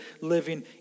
living